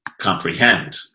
comprehend